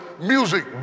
music